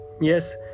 Yes